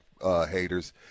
haters